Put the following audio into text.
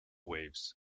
waves